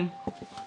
אני